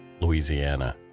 louisiana